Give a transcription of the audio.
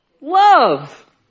love